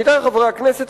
עמיתי חברי הכנסת,